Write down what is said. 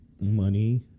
money